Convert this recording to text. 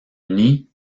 uni